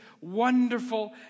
wonderful